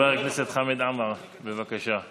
חבר הכנסת חמד עמאר, בבקשה.